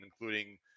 including